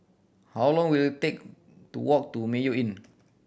how long will it take to walk to Mayo Inn